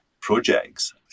projects